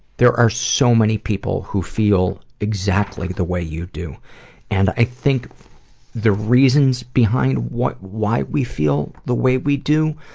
there are so many people who feel exactly the way you do and i think the reasons behind why we feel the way we do,